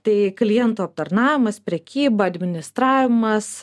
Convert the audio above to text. tai klientų aptarnavimas prekyba administravimas